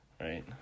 Right